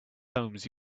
homes